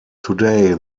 today